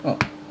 oh